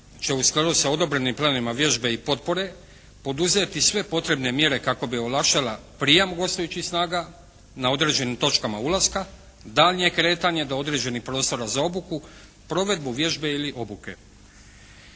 će u skladu sa odobrenim planovima vježbe i potpore poduzeti sve potrebne mjere kako bi olakšala prijam gostujućih snaga na određenim točkama ulaska, daljnje kretanja do određenih prostora za obuku, provedbu vježbe ili obuke.